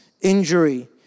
injury